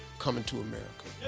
coming to america.